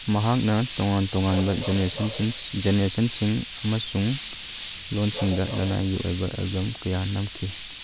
ꯃꯍꯥꯛꯅ ꯇꯣꯉꯥꯟ ꯇꯣꯉꯥꯟꯕ ꯖꯦꯅꯦꯔꯦꯁꯟꯁꯤꯡ ꯑꯃꯁꯨꯡ ꯂꯣꯟꯁꯤꯡꯗ ꯂꯅꯥꯏꯒꯤ ꯑꯣꯏꯕ ꯑꯦꯜꯕꯝ ꯀꯌꯥ ꯅꯝꯈꯤ